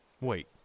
Wait